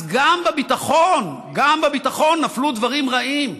אז גם בביטחון, גם בביטחון נפלו דברים רעים.